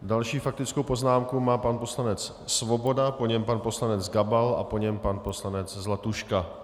Další faktickou poznámku má pan poslanec Svoboda, po něm pan poslanec Gabal a po něm pan poslanec Zlatuška.